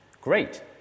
Great